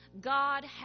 God